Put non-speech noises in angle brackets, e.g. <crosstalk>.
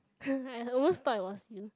<noise> I almost thought it was you